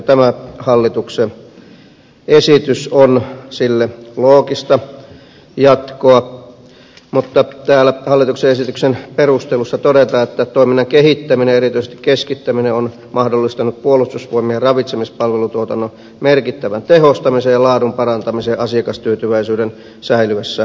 tämä hallituksen esitys on sille loogista jatkoa mutta täällä hallituksen esityksen perustelussa todetaan että toiminnan kehittäminen erityisesti keskittäminen on mahdollistanut puolustusvoimien ravitsemispalvelutuotannon merkittävän tehostamisen ja laadun parantamisen asiakastyytyväisyyden säilyessä korkeana